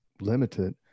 limited